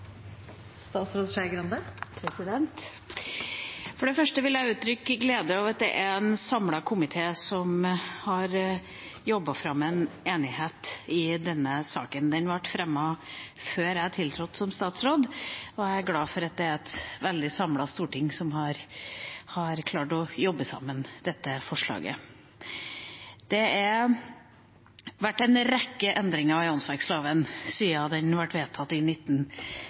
statsråd, og jeg er glad for at det er et veldig samlet storting som har klart å jobbe sammen dette forslaget. Det har vært en rekke endringer i åndsverkloven siden den ble vedtatt i